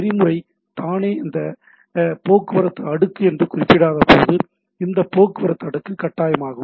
நெறிமுறை தானே இந்த போக்குவரத்து அடுக்கு என்று குறிப்பிடப்படாதபோது இந்த போக்குவரத்து அடுக்கு கட்டாயமாகும்